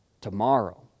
Tomorrow